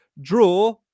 Draw